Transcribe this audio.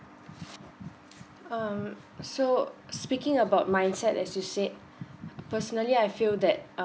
um so speaking about mindset as you said personally I feel that um